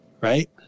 right